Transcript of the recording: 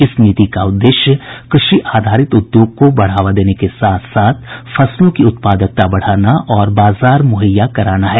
इस नीति का उददेश्य कृषि आधारित उद्योग को बढ़ावा देने के साथ साथ फसलों की उत्पादकता बढ़ाने और बाजार मुहैया कराना है